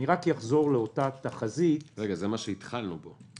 זה מה שהתחלנו בו?